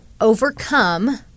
overcome